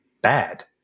bad